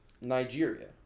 Nigeria